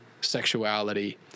sexuality